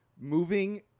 moving